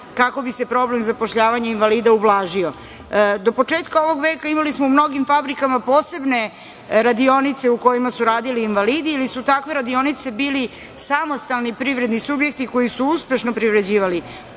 kako bi se problem zapošljavanja invalida ublažio. Do početka ovog veka imali smo u mnogim fabrikama posebne radionice u kojima su radili invalidi ili su takve radionice bile samostalni privredni subjekti koji su uspešno privređivali. Danas